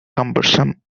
cumbersome